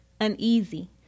uneasy